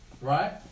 Right